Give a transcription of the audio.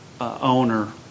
owner